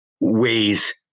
ways